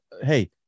Hey